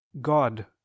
God